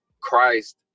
Christ